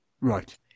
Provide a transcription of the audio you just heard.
Right